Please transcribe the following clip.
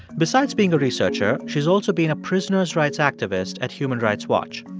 besides being a researcher, she's also been a prisoner's rights activist at human rights watch.